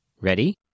Ready